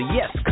Yes